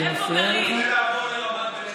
הערתי את המליאה.